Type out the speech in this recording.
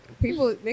People